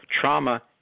trauma